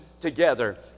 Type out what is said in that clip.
together